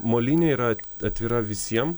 molynė yra atvira visiem